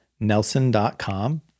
nelson.com